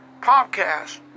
podcast